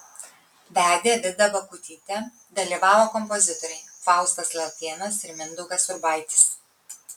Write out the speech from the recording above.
vedė vida bakutytė dalyvavo kompozitoriai faustas latėnas ir mindaugas urbaitis